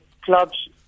clubs